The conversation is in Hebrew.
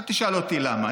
אל תשאל אותי למה.